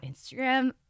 Instagram